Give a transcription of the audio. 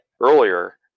earlier